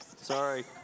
Sorry